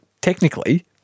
technically